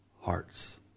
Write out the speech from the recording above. hearts